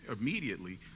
immediately